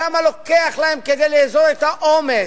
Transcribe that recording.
כמה לוקח להם כדי לאזור את האומץ,